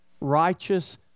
righteous